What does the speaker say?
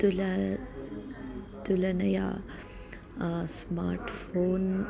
तुलना तुलनया स्मार्ट्फ़ोन्